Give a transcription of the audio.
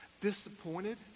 disappointed